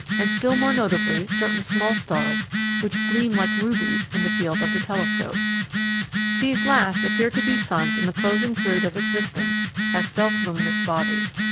and still more notably certain small stars which gleam like rubies in the field of the telescope these last appear to be suns in the closing period of existence as self-luminous bodies.